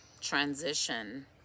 transition